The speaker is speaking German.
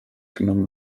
genommen